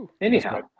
Anyhow